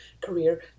career